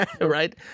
Right